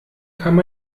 kam